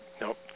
Nope